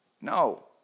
No